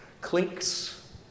clinks